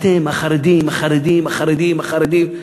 אתם החרדים, החרדים, החרדים, החרדים.